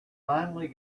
finally